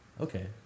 Okay